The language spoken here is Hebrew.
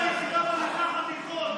היחידה במזרח התיכון,